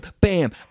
bam